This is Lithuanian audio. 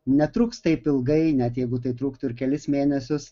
netruks taip ilgai net jeigu tai truktų ir kelis mėnesius